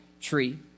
tree